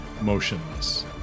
motionless